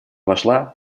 вошла